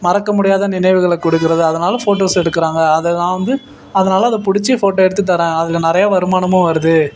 மறக்க முடியாத நினைவுகளை கொடுக்கிறது அதனால் ஃபோட்டோஸ் எடுக்கிறாங்க அதை நான் வந்து அதனால் அதை பிடிச்சி ஃபோட்டோ எடுத்து தரேன் அதில் நிறைய வருமானமும் வருது